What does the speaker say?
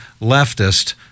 leftist